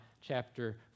chapter